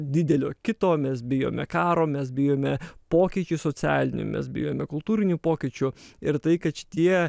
didelio kito mes bijome karo mes bijome pokyčių socialinių mes bijome kultūrinių pokyčių ir tai kad šitie